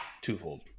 twofold